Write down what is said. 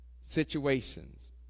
situations